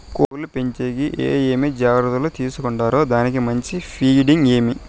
కోళ్ల పెంచేకి ఏమేమి జాగ్రత్తలు తీసుకొంటారు? దానికి మంచి ఫీడింగ్ ఏమి?